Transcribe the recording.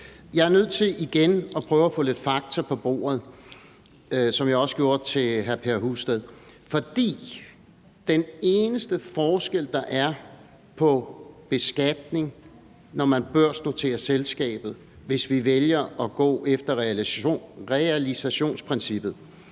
Jeg er nødt til igen at prøve at få lidt fakta på bordet, som jeg også gjorde i forhold til hr. Per Husted. For den eneste forskel, der er på beskatning, når man børsnoterer selskabet, hvis vi vælger at gå efter realisationsprincippet,